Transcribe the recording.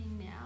now